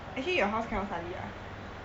actually your house cannot study uh